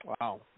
Wow